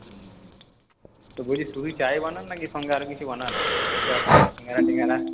হুম তা বলছি শুধু চাই বানান না সঙ্গে আরও কিছু বানান চপ ফপ শিঙ্গাড়া টিঙ্গাড়া